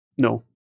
No